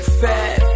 fat